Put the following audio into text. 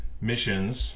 missions